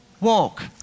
walk